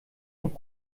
und